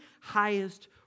highest